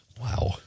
Wow